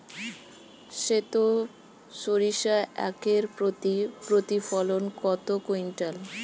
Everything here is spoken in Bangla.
সেত সরিষা একর প্রতি প্রতিফলন কত কুইন্টাল?